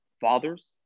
fathers